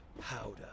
powder